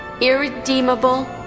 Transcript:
irredeemable